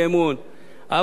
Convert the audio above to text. אבל אני הייתי מציע,